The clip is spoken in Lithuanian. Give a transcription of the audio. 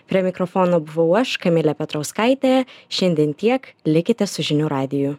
prie mikrofono buvau aš kamilė petrauskaitė šiandien tiek likite su žinių radiju